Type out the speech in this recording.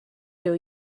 you